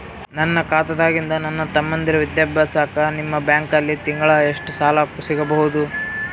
ನನ್ನ ಖಾತಾದಾಗಿಂದ ನನ್ನ ತಮ್ಮಂದಿರ ವಿದ್ಯಾಭ್ಯಾಸಕ್ಕ ನಿಮ್ಮ ಬ್ಯಾಂಕಲ್ಲಿ ತಿಂಗಳ ಎಷ್ಟು ಸಾಲ ಸಿಗಬಹುದು?